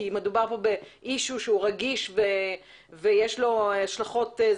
כי מדובר בנושא שהוא רגיש ויש לו השלכות,